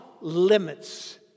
limits